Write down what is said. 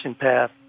path